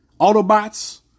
Autobots